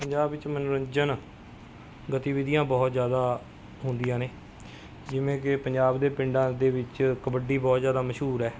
ਪੰਜਾਬ ਵਿੱਚ ਮਨੋਰੰਜਨ ਗਤੀਵਿਧੀਆਂ ਬਹੁਤ ਜ਼ਿਆਦਾ ਹੁੰਦੀਆਂ ਨੇ ਜਿਵੇਂ ਕਿ ਪੰਜਾਬ ਦੇ ਪਿੰਡਾਂ ਦੇ ਵਿੱਚ ਕਬੱਡੀ ਬਹੁਤ ਜ਼ਿਆਦਾ ਮਸ਼ਹੂਰ ਹੈ